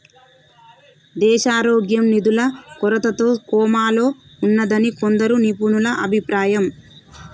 దేశారోగ్యం నిధుల కొరతతో కోమాలో ఉన్నాదని కొందరు నిపుణుల అభిప్రాయం